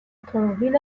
اتومبیل